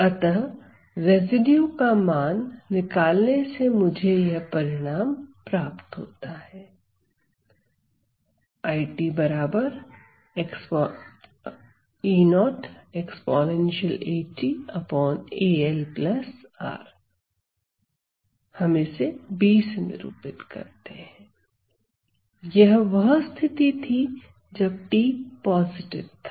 अतः रेसिड्यू का मान निकालने से मुझे यह परिणाम प्राप्त होता है यह वह स्थिति थी जब t पॉजिटिव था